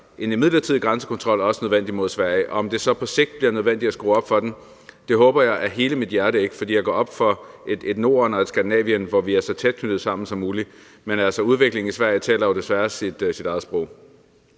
en midlertidig grænsekontrol desværre også nødvendig mod Sverige. Om det så på sigt bliver nødvendigt at skrue op for den, håber jeg af hele mit hjerte ikke, for jeg går ind for et Norden og et Skandinavien, hvor vi er så tæt knyttet sammen som muligt. Men altså, udviklingen i Sverige taler jo desværre sit eget sprog.